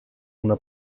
una